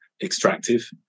extractive